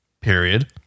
Period